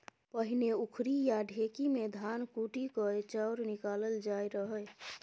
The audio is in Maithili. पहिने उखरि या ढेकी मे धान कुटि कए चाउर निकालल जाइ रहय